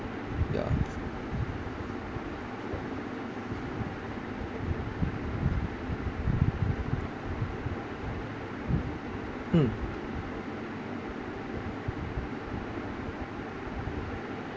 yeah mm